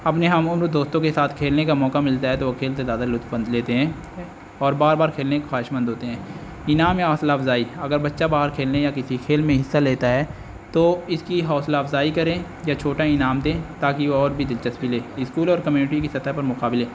اپنے ہم عمر دوستوں کے ساتھ کھیلنے کا موقع ملتا ہے تو وہ کھیلتے زیادہ لطف اندوز لیتے ہیں اور بار بار کھیلنے خواہش مند ہوتے ہیں انعام یا حوصلہ افزائی اگر بچہ باہر کھیلنے یا کسی کھیل میں حصہ لیتا ہے تو اس کی حوصلہ افزائی کریں یا چھوٹا انعام دیں تاکہ وہ اور بھی دلچسپی لے اسکول اور کمیونٹی کی سطح پر مقابلے